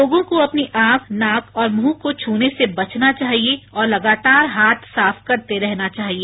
लोगों को अपनी आंख नाक और मुंह को छूने से बचना चाहिए और लगातार हाथ साफ करते रहना चाहिए